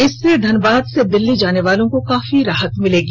इससे धनबाद से दिल्ली जानेवालों को काफी राहत मिलेगी